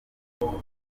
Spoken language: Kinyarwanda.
kugenda